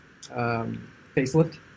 facelift